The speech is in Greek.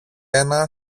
ένα